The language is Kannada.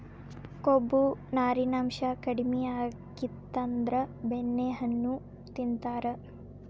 ಕೊಬ್ಬು, ನಾರಿನಾಂಶಾ ಕಡಿಮಿ ಆಗಿತ್ತಂದ್ರ ಬೆಣ್ಣೆಹಣ್ಣು ತಿಂತಾರ